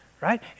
Right